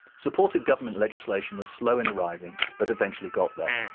supportive government legislation was slow in arriving but eventually got there.